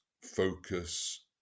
focus